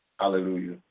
Hallelujah